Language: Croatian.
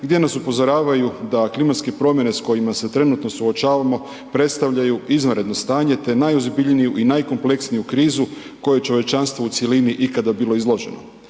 gdje nas upozoravaju da klimatske promjene s kojima se trenutno suočavamo predstavljaju izvanredno stanje, te najozbiljniju i najkompleksniju krizu kojoj je čovječanstvo u cjelini ikada bilo izloženo.